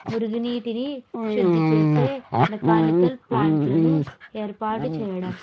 మురికి నీటిని శుద్ధి చేసే మెకానికల్ ప్లాంట్లను ఏర్పాటు చేయడం